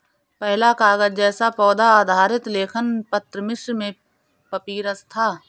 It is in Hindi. पहला कागज़ जैसा पौधा आधारित लेखन पत्र मिस्र में पपीरस था